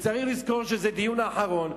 וצריך לזכור שזה דיון אחרון,